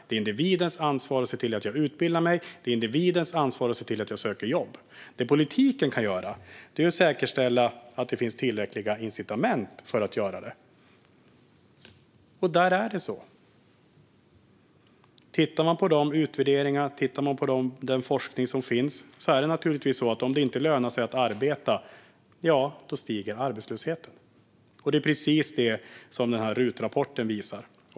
Det är individens ansvar att se till att utbilda sig. Det är individens ansvar att se till att söka jobb. Det politiken kan göra är att säkerställa att det finns tillräckliga incitament för att göra det. Tittar man på de utvärderingar och den forskning som finns är det naturligtvis så att om det inte lönar sig att arbeta stiger arbetslösheten. Det är precis det som RUT-rapporten visar.